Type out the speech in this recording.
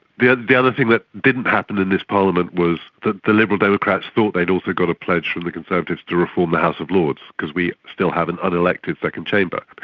the ah the other thing that didn't happen in this parliament was that the liberal democrats thought they'd also got a pledge from the conservatives to reform the house of lords because we still have an unelected second chamber.